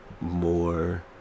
more